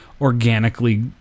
organically